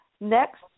next